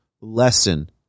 lesson